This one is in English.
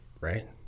right